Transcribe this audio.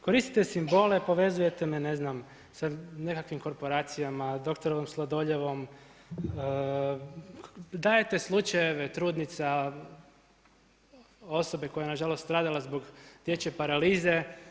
Koristite simbole, povezujete me ne znam sa nekakvim korporacijama, doktorom Sladoljevom, dajete slučajeve trudnica, osobe koja je na žalost stradala zbog dječje paralize.